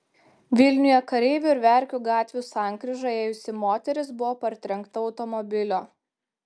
vilniuje kareivių ir verkių gatvių sankryža ėjusi moteris buvo partrenkta automobilio